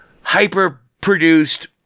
hyper-produced